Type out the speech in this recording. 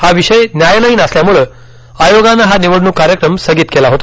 हा विषय न्यायालयीन असल्याम्ळे आयोगानं हा निवडणूक कार्यक्रम स्थगित केला होता